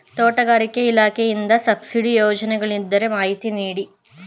ತೋಟಗಾರಿಕೆ ಇಲಾಖೆಯಿಂದ ಸಬ್ಸಿಡಿ ಯೋಜನೆಗಳಿದ್ದರೆ ಮಾಹಿತಿ ನೀಡಿ?